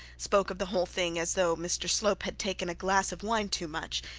spoke of the whole thing as though mr slope had taken a glass of wine too much,